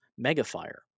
megafire